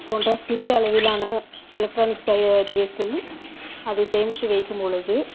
போன்ற சிறிய அளவிலான எலக்ட்ரானிக்ஸ் சை டிவைசில் அதில் சேமித்து வைக்கும் பொழுது